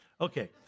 Okay